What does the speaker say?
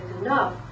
enough